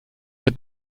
wird